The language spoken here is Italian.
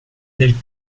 del